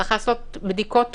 צריך לעשות בדיקות תקופתיות,